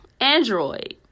Android